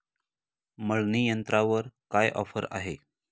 मळणी यंत्रावर काय ऑफर आहे?